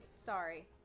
Sorry